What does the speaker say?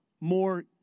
more